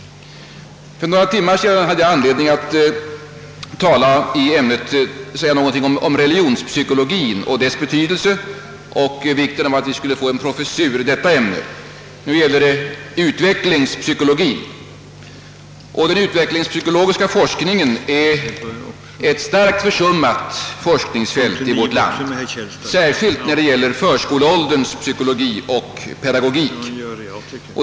För några timmar sedan hade jag anledning att säga någonting om religionspsykologien och dess betydelse och vikten av att vi får en professur i detta ämne. Nu gäller det utvecklingspsykologi. Den utvecklingspsykologiska forskningen är ett starkt försummat forskningsfält i vårt land, särskilt när det gäller förskolålderns psykologi och pedagogik.